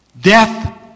Death